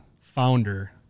founder